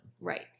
Right